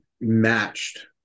matched